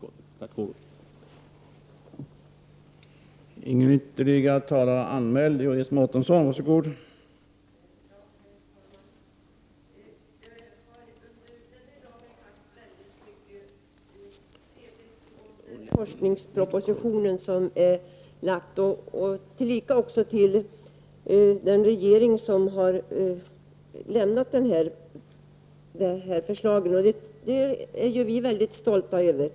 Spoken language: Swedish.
Tack för ordet!